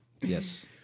Yes